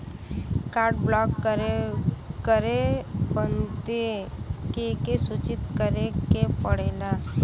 Card block करे बदी के के सूचित करें के पड़ेला?